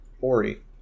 Ori